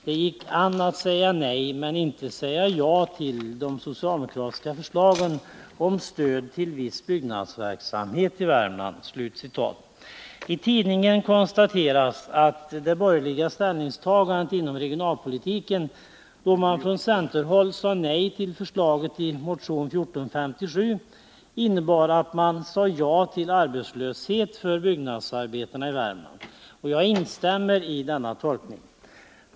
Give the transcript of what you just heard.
Det gick an att säga nej, men inte ja till det socialdemokratiska förslaget om stöd till viss byggnadsverksamhet i Värmland. I tidningen konstateras att det borgerliga ställningstagandet inom regionalpolitiken, då man från centerhåll sade nej till förslaget i motion 1457, innebar att man sade ja till arbetslöshet för byggnadsarbetarna i Värmland. Jag instämmer i denna tolkning.